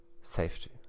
safety